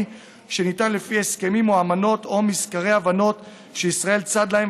שניתן לפי הסכמים או אמנות או מזכרי הבנות שישראל צד להם,